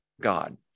God